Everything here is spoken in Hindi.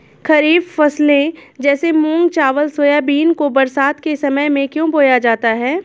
खरीफ फसले जैसे मूंग चावल सोयाबीन को बरसात के समय में क्यो बोया जाता है?